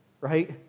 right